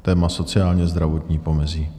Téma: sociálnězdravotní pomezí.